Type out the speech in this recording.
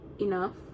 enough